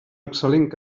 excel·lent